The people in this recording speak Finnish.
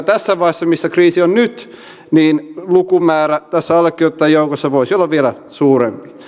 tässä vaiheessa missä kriisi on nyt niin lukumäärä tässä allekirjoittajien joukossa voisi olla vielä suurempi